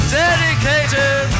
dedicated